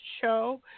show